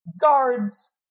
guards